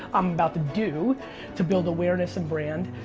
i'm about to do to build awareness and brand.